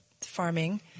farming